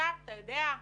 עכשיו, אתה יודע,